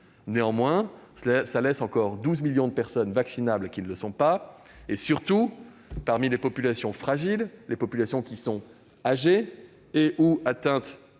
Néanmoins, cela laisse encore 12 millions de personnes vaccinables qui ne le sont pas. Surtout, parmi les populations fragiles, âgées et/ou atteintes